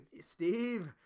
Steve